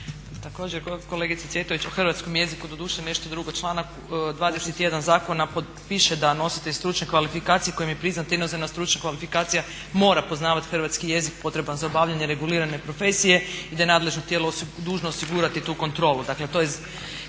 Također kolegice Cvjetović o hrvatskom jeziku, doduše nešto drugo. Članak 21. zakona piše da nositelj stručne kvalifikacije kojem je priznata inozemna stručna kvalifikacija mora poznavati hrvatski jezik potreban za obavljanje regulirane profesije i da je nadležno tijelo dužno osigurati tu kontrolu.